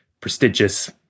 prestigious